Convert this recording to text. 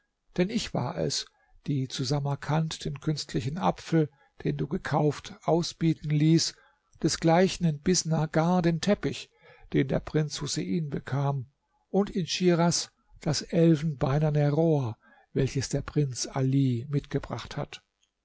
denn ich war es die zu samarkand den künstlichen apfel den du gekauft ausbieten ließ desgleichen in bisnagar den teppich den der prinz husein bekam und in schiras das elfenbeinerne rohr welches der prinz ali mitgebracht hat